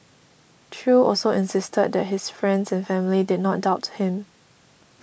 Chew also insisted that his friends and family did not doubt him